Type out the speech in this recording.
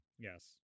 Yes